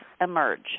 emerge